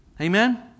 Amen